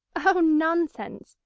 oh, nonsense!